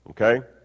okay